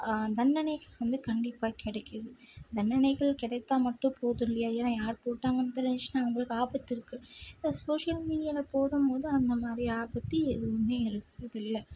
தண்டனை வந்து கண்டிப்பாக கிடைக்கிது தண்டனைகள் கிடைத்தா மட்டும் போதும் இல்லையா ஏன்னால் யார் போட்டாங்கன்னு தெரிஞ்சுச்சின்னா அவங்களுக்கு ஆபத்து இருக்குது இந்த சோஷியல் மீடியாவில் போடும்போது அந்தமாதிரி ஆபத்து எதுவுமே இருப்பதில்லை